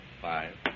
five